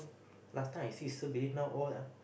last time I see still building now all ah